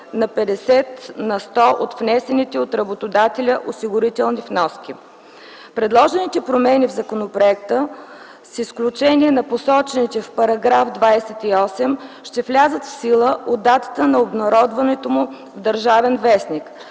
на 50 на сто от внесените от работодателя осигурителни вноски. Предложените промени в законопроекта, с изключение на посочените в § 28 ще влязат в сила от датата на обнародването му в „Държавен вестник”